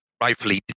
rightfully